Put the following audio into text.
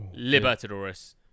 Libertadores